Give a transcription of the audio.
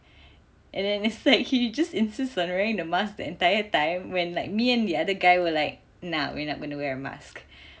and then is like he just insist ah right wearing the mask the entire time when like me and the other guy were like nah we are not going to wear a mask